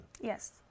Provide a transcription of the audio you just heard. Yes